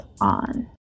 on